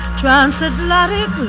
transatlantic